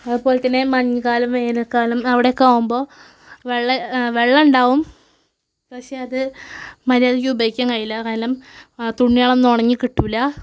അതുപോലെ തന്നെ മഞ്ഞുകാലം വേനൽക്കാലം അവിടെ ഒക്കെ ആവുമ്പോൾ വെള്ളം വെള്ളം ഉണ്ടാവും പക്ഷേ അത് മര്യാദയ്ക്ക് ഉപയോഗിക്കാൻ കഴിയില്ല കാരണം തുണികൾ ഒന്നും ഉണങ്ങിക്കിട്ടില്ല